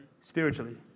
spiritually